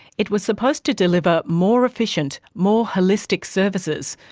it was supposed to deliver more efficient, more holistic, services.